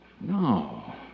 No